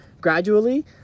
gradually